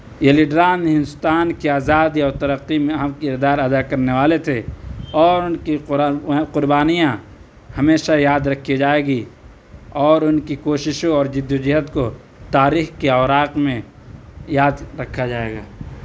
یہ لیڈران ہندوستان کی آزادی اور ترقّی میں اہم کردار ادا کرنے والے تھے اور ان کی قربانیاں ہمیشہ یاد رکھی جائے گی اور ان کی کوششوں اور جدوجہد کو تاریخ کے اوراق میں یاد رکھا جائے گا